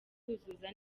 kuzuza